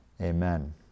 Amen